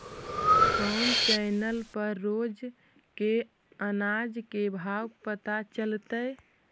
कोन चैनल पर रोज के अनाज के भाव पता चलतै?